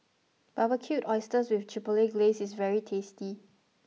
Barbecued Oysters with Chipotle Glaze is very tasty